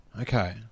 Okay